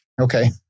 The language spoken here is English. Okay